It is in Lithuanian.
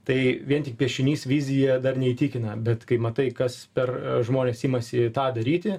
tai vien tik piešinys vizija dar neįtikina bet kai matai kas per žmonės imasi tą daryti